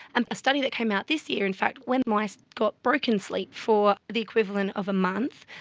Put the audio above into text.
and a study that came out this year in fact, when mice got broken sleep for the equivalent of a month,